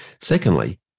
Secondly